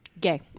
Gay